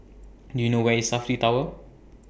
Do YOU know Where IS Safti Tower